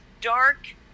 dark